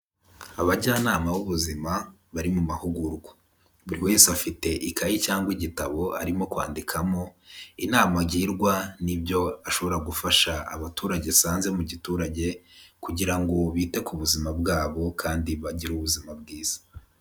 Abajyanama b'ubuzima bari mu mahugurwa, buri wese afite ikayi cyangwa igitabo arimo kwandikamo inama agirwa n'ibyo ashobora gufasha abaturage asanze mu giturage kugira ngo bite ku buzima bwabo kandi bagire ubuzima bwiza.